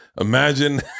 Imagine